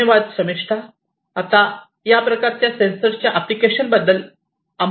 धन्यवाद शमिष्ठा आता या प्रकारच्या सेन्सर्सच्या एप्लिकेशन्स बद्दल आम्हाला सांगू शकतील का